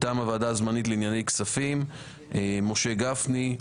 מטעם הוועדה הזמנית לענייני כספים: משה גפני,